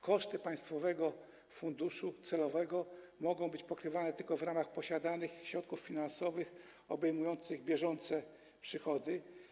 Koszty państwowego funduszu celowego mogą być pokrywane tylko w ramach posiadanych środków finansowych obejmujących bieżące przychody.